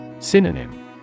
Synonym